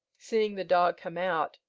seeing the dog come out,